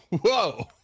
Whoa